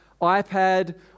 iPad